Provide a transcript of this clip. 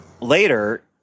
later